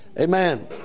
Amen